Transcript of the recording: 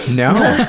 no.